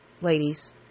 ladies